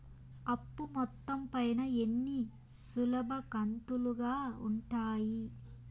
అప్పు మొత్తం పైన ఎన్ని సులభ కంతులుగా ఉంటాయి?